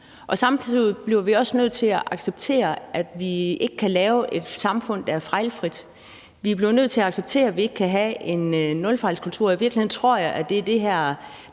Samtidig bliver vi også nødt til at acceptere, at vi ikke kan lave et samfund, der er fejlfrit. Vi bliver nødt til at acceptere, at vi ikke kan have en nulfejlskultur, og i virkeligheden tror